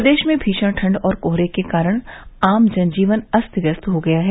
प्रदेश में भीषण ठंड और कोहरे के कारण आम जनजीवन अस्त व्यस्त हो गया है